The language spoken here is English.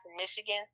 Michigan